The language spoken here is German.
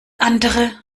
andere